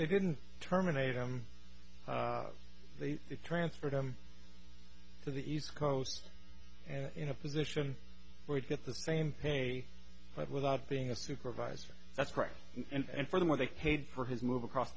they didn't terminate him they transferred him to the east coast and in a position where you get the same pay without being a supervisor that's correct and furthermore they paid for his move across